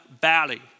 Valley